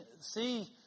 see